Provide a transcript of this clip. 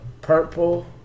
purple